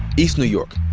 east new york,